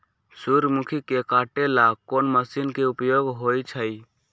सूर्यमुखी के काटे ला कोंन मशीन के उपयोग होई छइ?